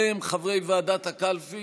אלה הם חברי ועדת הקלפי: